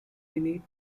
beneath